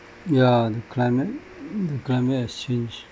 ya the climate the climate exchange